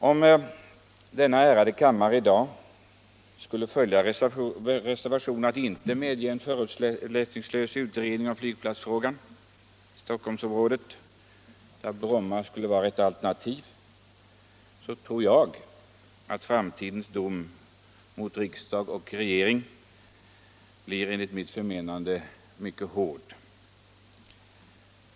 Om denna ärade kammare i dag skulle följa reservationen och inte medge en förutsättningslös utredning av flygplatsfrågan i Stockholmsområdet, där Bromma skulle vara ett alternativ, då tror jag att framtidens dom mot riksdag och regering blir mycket hård.